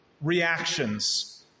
reactions